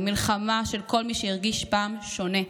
היא מלחמה של כל מי שהרגיש פעם שונה.